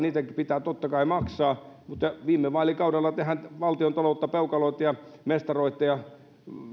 niitä pitää totta kai maksaa niin viime vaalikaudellahan te valtiontaloutta peukaloitte ja mestaroitte ja